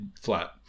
flat